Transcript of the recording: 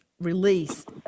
released